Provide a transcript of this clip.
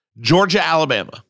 Georgia-Alabama